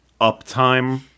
uptime